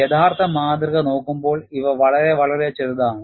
യഥാർത്ഥ മാതൃക നോക്കുമ്പോൾ ഇവ വളരെ വളരെ ചെറുതാണ്